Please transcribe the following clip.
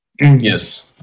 Yes